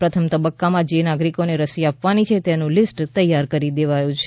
પ્રથમ તબક્કામાં જે નાગરિકોને રસી આપવાની છે તેનું લીસ્ટ તૈયાર કરી દેવાયું છે